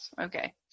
Okay